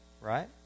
right